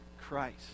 Christ